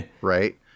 Right